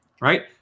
Right